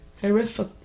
horrific